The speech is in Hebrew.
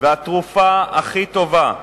והתרופה הכי טובה,